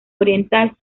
oriental